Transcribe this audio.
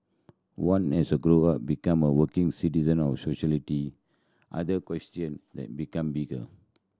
one as a grow up become a working citizen of society other question then become bigger